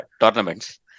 tournaments